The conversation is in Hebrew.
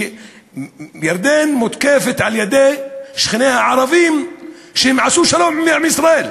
וירדן מותקפת על-ידי שכניה הערבים על כך שהיא עשתה שלום עם ישראל.